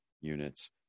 units